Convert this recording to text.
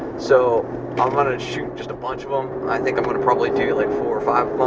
so i'm gonna shoot just a bunch of em. i think i'm gonna probably do like four or five of em